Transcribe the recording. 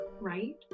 right